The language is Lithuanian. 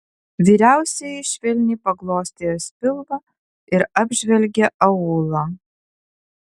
vyriausioji švelniai paglostė jos pilvą ir apžvelgė aulą